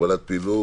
(הגבלת פעילות)